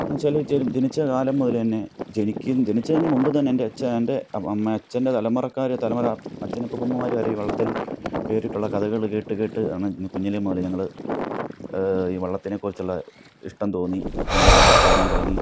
ജനിച്ചകാലം മുതൽ തന്നെ ജനിക്കും ജനിച്ചതിന് മുമ്പ് തന്നെ എൻ്റെ അച്ഛൻ്റെ അമ്മ അച്ചൻ്റെ തലമുറക്കാർ തലമുറ അച്ഛൻ അപ്പൂപ്പന്മാർ വരെ ഈ വള്ളത്തിൽ കയറിയിട്ടുള്ള കഥകൾ കേട്ട് കേട്ട് ആണ് ഇന്ന് കുഞ്ഞിലേ മുതൽ ഞങ്ങൾ ഈ വള്ളത്തിനെക്കുറിച്ചുള്ള ഇഷ്ടം തോന്നി പിന്നെ വള്ളത്തിൽ കയറാൻ തുടങ്ങി